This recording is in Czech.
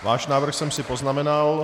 Váš návrh jsem si poznamenal.